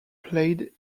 played